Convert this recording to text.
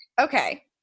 Okay